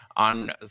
on